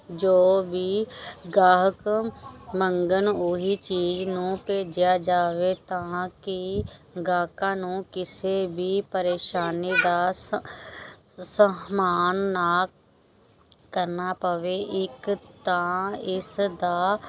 ਜੋ ਵੀ ਗਾਹਕ ਮੰਗਣ ਉਹ ਹੀ ਚੀਜ਼ ਨੂੰ ਭੇਜਿਆ ਜਾਵੇ ਤਾਂ ਕਿ ਗਾਹਕਾਂ ਨੂੰ ਕਿਸੇ ਵੀ ਪਰੇਸ਼ਾਨੀ ਦਾ ਸ ਸਾਹਮਣਾ ਨਾ ਕਰਨਾ ਪਵੇ ਇੱਕ ਤਾਂ ਇਸ ਦਾ